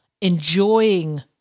enjoying